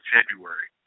February